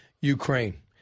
Ukraine